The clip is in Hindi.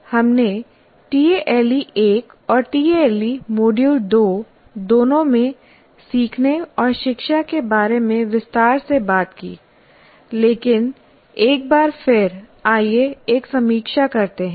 हमने टीएएलई 1 और टीएएलई मॉड्यूल 2 दोनों में सीखने और शिक्षा के बारे में विस्तार से बात की लेकिन एक बार फिर आइए एक समीक्षा करते हैं